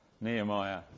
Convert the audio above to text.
Nehemiah